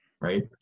right